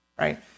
Right